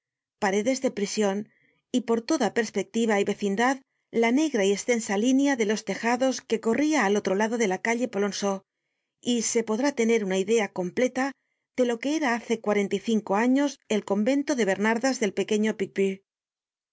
paredes de prision y por toda perspectiva y vecindad la negra y estensa línea de los tejados que corría al otro lado de la calle polonceau y se podrá tener una idea completa de lo que era hace cuarenta y cinco años el convento de bernardas del pequeño picpus